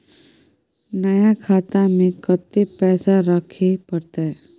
नया खाता में कत्ते पैसा रखे परतै?